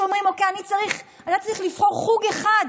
שאומרים: אני צריך לבחור חוג אחד,